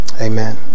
Amen